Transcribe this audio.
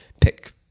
pick